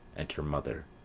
enter mother.